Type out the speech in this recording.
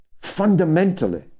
fundamentally